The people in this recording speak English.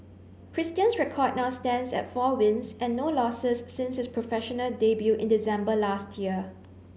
Christian's record now stands at four wins and no losses since his professional debut in December last year